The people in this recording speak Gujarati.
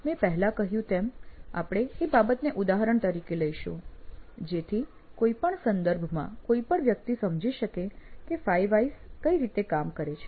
મેં પહેલા કહ્યું તેમ આપણે આ બાબતને ઉદાહરણ તરીકે લઈશું જેથી કોઈ પણ સંદર્ભમાં કોઈ પણ વ્યક્તિ સમજી શકે કે 5 વ્હાયસ આ કઈ રીતે કામ કરે છે